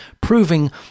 proving